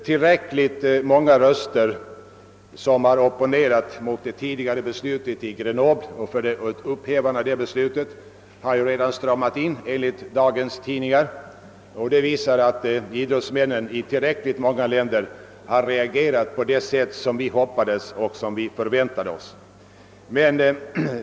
Tillräckligt många röster har samlats mot det tidigare beslutet i Grenoble och därmed för dess upphävande, enligt uppgifter i dagens tidningar. Det visar att idrottsmännen i tillräckligt många länder har reagerat på det sätt som vi hoppades och förväntade.